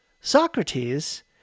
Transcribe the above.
Socrates